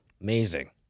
Amazing